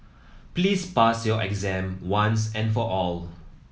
please pass your exam once and for all